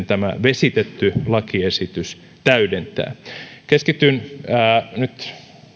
tämä vesitetty lakiesitys täydentää tämän kehityksen keskityn nyt